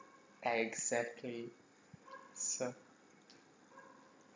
exactly so